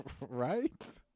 Right